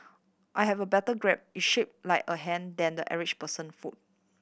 I have a better grip it's shaped like a hand than the average person foot